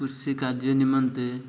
କୃଷି କାର୍ଯ୍ୟ ନିମନ୍ତେ